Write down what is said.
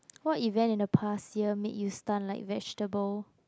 what event in the past year made you stun like vegetable